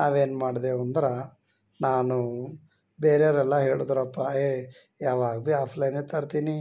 ನಾವೇನು ಮಾಡ್ದೆವು ಅಂದರೆ ನಾನು ಬೇರೆಯವ್ರೆಲ್ಲ ಹೇಳಿದ್ರಪ್ಪಾ ಏ ಯಾವಾಗ ಭಿ ಆಫ್ಲೈನೆ ತರ್ತಿ ನೀ